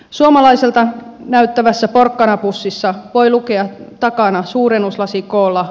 suomalaiselta näyttävässä porkkanapussissa voi lukea takana suurennuslasikoolla